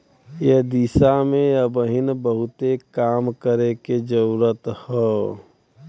एह दिशा में अबहिन बहुते काम करे के जरुरत हौ